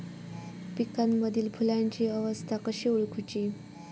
पिकांमदिल फुलांची अवस्था कशी ओळखुची?